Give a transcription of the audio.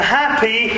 happy